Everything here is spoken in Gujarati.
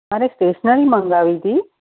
મારે સ્ટેશનરી મંગાવી હતી